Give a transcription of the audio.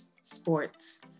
sports